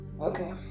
Okay